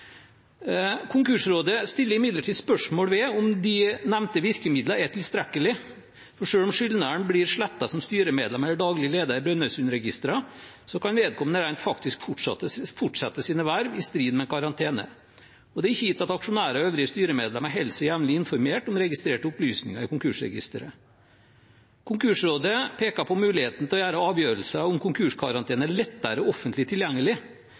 Konkursrådet stiller imidlertid spørsmål ved om de nevnte virkemidler er tilstrekkelige, for selv om skyldneren blir slettet som styremedlem eller daglig leder i Brønnøysundregisteret, kan vedkommende rent faktisk fortsette sine verv, i strid med karantene. Og det er ikke gitt at aksjonærer og øvrige styremedlemmer holder seg jevnlig informert om registrerte opplysninger i Konkursregisteret. Konkursrådet peker på muligheten til å gjøre avgjørelser om konkurskarantener lettere offentlig tilgjengelig,